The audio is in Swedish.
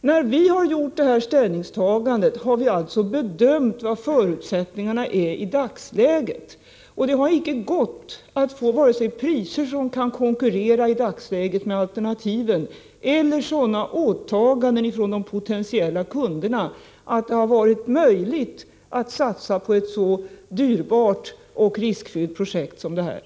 När vi har gjort detta ställningstagande, har vi bedömt förutsättningarna i dagsläget. Det har icke gått att få vare sig priser som kan konkurrera i dagsläget med alternativen eller sådana åtaganden från de potentiella kunderna att det har varit möjligt att satsa på ett så dyrbart och riskfyllt projekt som detta.